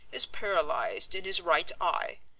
is paralysed in his right eye.